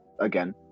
again